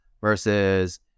versus